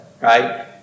right